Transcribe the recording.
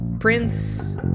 Prince